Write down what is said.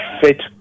fit